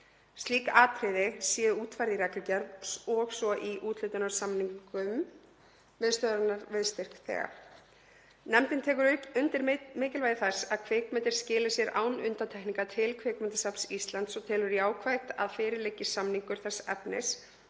Slík atriði séu útfærð í reglugerð og svo í úthlutunarsamningum miðstöðvarinnar við styrkþega. Nefndin tekur undir mikilvægi þess að kvikmyndir skili sér án undantekninga til Kvikmyndasafns Íslands og telur jákvætt að fyrir liggi samningur þess efnis